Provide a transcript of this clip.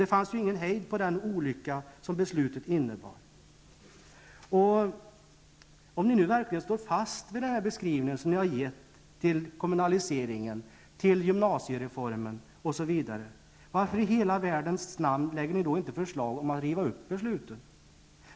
Det fanns ju ingen hejd på vilken olycka som beslutet innebar. Om ni nu verkligen står fast vid den beskrivning som ni har gett av kommunaliseringen, gymnasiereformen, osv., varför lägger ni då inte fram förslag om att riva upp besluten?